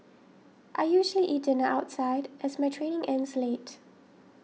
I usually eat dinner outside as my training ends late